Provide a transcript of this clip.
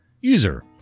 User